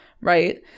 Right